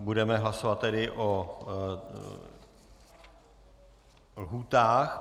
Budeme hlasovat tedy o lhůtách.